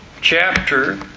chapter